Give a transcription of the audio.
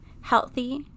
healthy